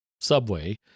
subway